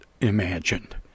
imagined